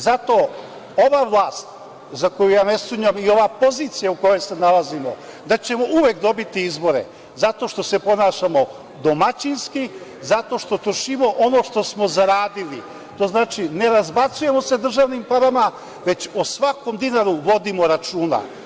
Zato, ova vlast za koju ja ne sumnjam i ova pozicija u kojoj se nalazimo, da ćemo uvek dobiti izbore, zato što se ponašamo domaćinski, zato što trošimo ono što smo zaradili, to znači ne razbacujemo se sa državnim parama, već o svakom dinaru vodimo računa.